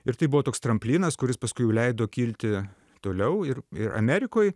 ir tai buvo toks tramplinas kuris paskui jau leido kilti toliau ir ir amerikoj